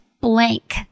blank